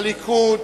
הליכוד,